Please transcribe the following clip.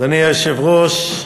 אדוני היושב-ראש,